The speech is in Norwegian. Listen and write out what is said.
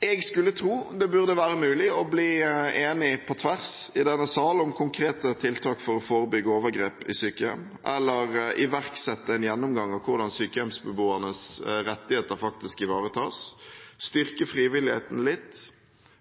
Jeg tror det burde være mulig å bli enig på tvers i denne sal om konkrete tiltak for å forebygge overgrep i sykehjem eller iverksette en gjennomgang av hvordan sykehjemsbeboernes rettigheter faktisk ivaretas – styrke frivilligheten litt.